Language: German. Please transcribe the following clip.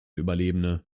überlebende